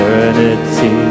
Eternity